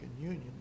Union